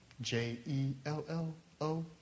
J-E-L-L-O